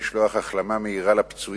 אני רוצה לשלוח ברכת החלמה מהירה לפצועים